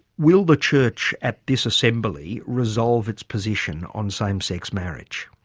will the church at this assembly resolve its position on same-sex marriage?